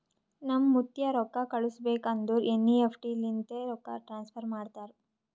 ನಮ್ ಮುತ್ತ್ಯಾ ರೊಕ್ಕಾ ಕಳುಸ್ಬೇಕ್ ಅಂದುರ್ ಎನ್.ಈ.ಎಫ್.ಟಿ ಲಿಂತೆ ರೊಕ್ಕಾ ಟ್ರಾನ್ಸಫರ್ ಮಾಡ್ತಾರ್